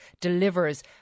delivers